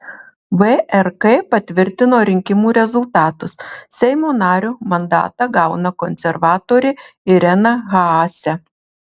vrk patvirtino rinkimų rezultatus seimo nario mandatą gauna konservatorė irena haase